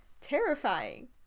terrifying